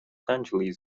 angeles